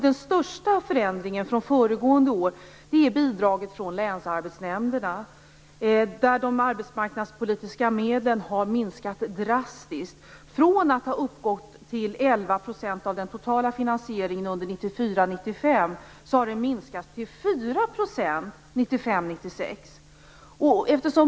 Den största förändringen från föregående år är bidraget från länsarbetsnämnderna. Där har de arbetsmarknadspolitiska medlen har minskat drastiskt. Från att ha uppgått till 11 % av den totala finansieringen under 1994 96.